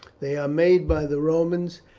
they are made by the romans,